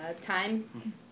time